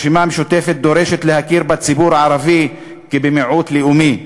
הרשימה המשותפת דורשת להכיר בציבור הערבי כבמיעוט לאומי,